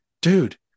dude